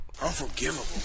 Unforgivable